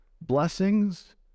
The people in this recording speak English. blessings